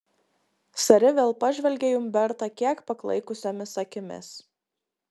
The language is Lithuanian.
sari vėl pažvelgia į umbertą kiek paklaikusiomis akimis